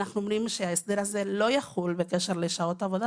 אנחנו אומרים שההסדר הזה לא יחול בקשר לשעות עבודה,